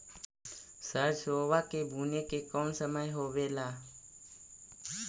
सरसोबा के बुने के कौन समय होबे ला?